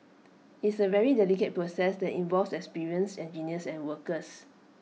it's A very delicate process that involves experienced engineers and workers